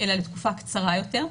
אלא לתקופה קצרה יותר.